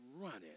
running